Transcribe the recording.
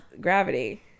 gravity